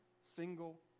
single